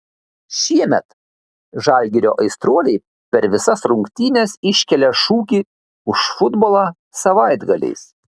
šiemet žalgirio aistruoliai per visas rungtynes iškelia šūkį už futbolą savaitgaliais